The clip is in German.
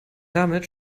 damit